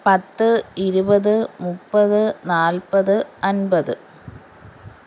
പത്ത് ഇരുപത് മുപ്പത് നാൽപത് അമ്പത്